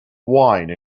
wine